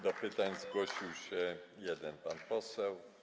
Do pytań zgłosił się jeden pan poseł.